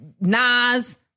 Nas